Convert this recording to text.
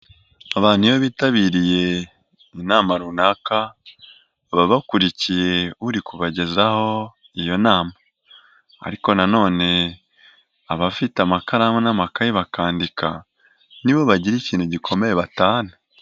Abantu iyo bitabiriye inama runaka baba bakurikiye uri kubagezaho iyo nama, ariko nanone abafite amakaramu n'amakayi bakandika ni bo bagira ikintu gikomeye batahana.